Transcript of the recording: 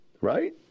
right